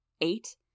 Eight